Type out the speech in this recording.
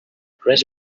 rest